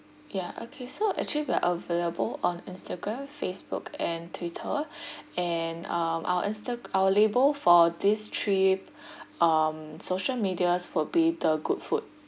ya okay so actually we are available on instagram facebook and twitter and um our insta~ our label for this three um social medias will be the good food